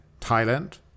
Thailand